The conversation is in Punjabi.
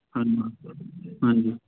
ਹਾਂਜੀ ਹਾਂਜੀ